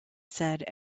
said